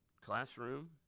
classroom